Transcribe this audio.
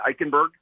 Eichenberg